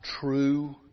true